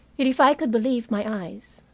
if i could believe my eyes,